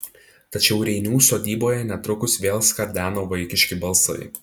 tačiau reinių sodyboje netrukus vėl skardeno vaikiški balsai